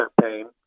pain